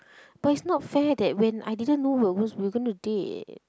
but it's not fair that when I didn't know we will lose we going to date